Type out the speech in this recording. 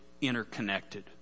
interconnected